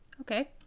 Okay